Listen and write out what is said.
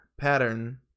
pattern